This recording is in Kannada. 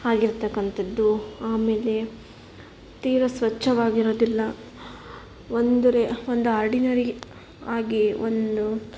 ಆಗಿರತಕ್ಕಂಥದ್ದು ಆಮೇಲೆ ತೀರಾ ಸ್ವಚ್ಛವಾಗಿರೋದಿಲ್ಲ ಒಂದು ರೇ ಒಂದು ಆರ್ಡಿನರಿ ಆಗಿ ಒಂದು